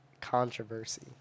Controversy